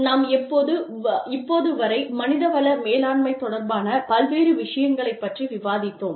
நாம் இப்போது வரை மனிதவள மேலாண்மை தொடர்பான பல்வேறு விஷயங்களைப் பற்றி விவாதித்தோம்